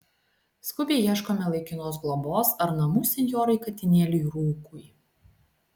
skubiai ieškome laikinos globos ar namų senjorui katinėliui rūkui